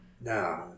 No